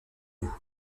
vous